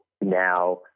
Now